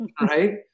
right